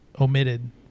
omitted